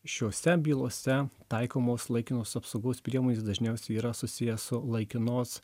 šiose bylose taikomos laikinos apsaugos priemonės dažniausiai yra susiję su laikinos